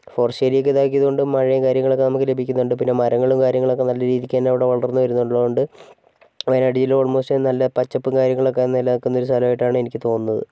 forest area ഒക്കെ ഇതാക്കിയത് കൊണ്ട് മഴയും കാര്യങ്ങളൊക്കെ നമുക്ക് ലഭിക്കുന്നുണ്ട് പിന്നെ മരങ്ങളും കാര്യങ്ങളൊക്കെ നല്ല രീതിക്ക് തന്നെ അവിടെ വളർന്നുവരുന്നുള്ളത് കൊണ്ട് വയനാട് ജില്ല ഓൾമോസ്റ്റ് നല്ല പച്ചപ്പും കാര്യങ്ങളൊക്കെ നിലനിൽക്കുന്ന ഒരു സ്ഥലമായിട്ടാണ് എനിക്ക് തോന്നുന്നത്